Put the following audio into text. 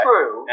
True